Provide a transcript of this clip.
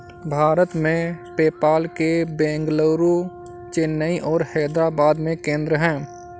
भारत में, पेपाल के बेंगलुरु, चेन्नई और हैदराबाद में केंद्र हैं